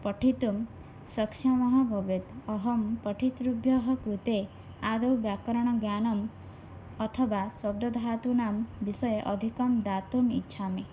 पठितुं सक्षमः भवेत् अहं पठितृभ्यः कृते आदौ व्याकरणज्ञानम् अथवा शब्दधातूनां विषये अधिकं दातुम् इच्छामि